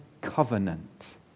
covenant